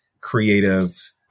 creative